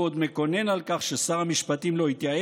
הוא עוד מקונן על כך ששר המשפטים לא התייעץ